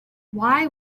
why